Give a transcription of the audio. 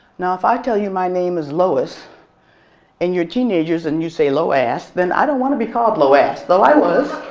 now if i tell you my name is lois and you're teenagers and you say lo-ass, i don't want to be called lo-ass though i was